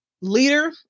leader